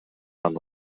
аны